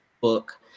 book